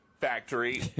factory